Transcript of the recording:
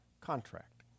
contract